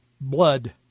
blood